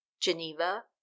geneva